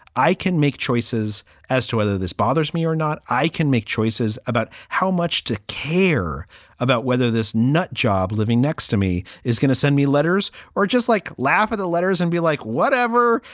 i can make choices as to whether this bothers me or not. i can make choices about how much to care about whether this nutjob living next to me is going to send me letters or just like laugh or the letters and be like, whatever.